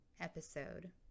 episode